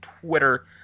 Twitter